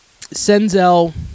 Senzel